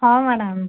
ହଁ ମ୍ୟାଡ଼ାମ୍